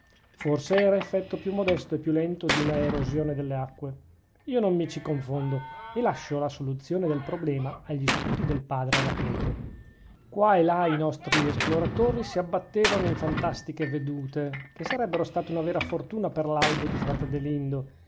forse era effetto più modesto e più lento di una erosione delle acque io non mi ci confondo e lascio la soluzione del problema agli studi del padre anacleto qua e là i nostri esploratori si abbattevano in fantastiche vedute che sarebbero state una vera fortuna per l'albo di frate adelindo